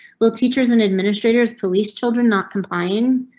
will teachers and administrators police children not complying?